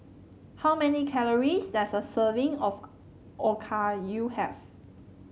how many calories does a serving of Okayu have